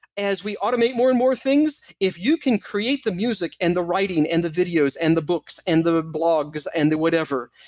as we automate more and more things, if you can create the music and the writing and the videos and the books and the blogs and the whatever,